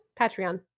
Patreon